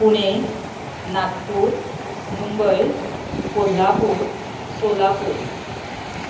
Pune Nagpur Mumbai Kolhapur Solapur